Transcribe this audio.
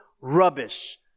rubbish